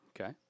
Okay